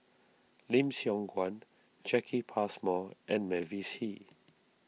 Lim Siong Guan Jacki Passmore and Mavis Hee